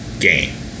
game